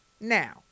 Now